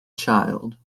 child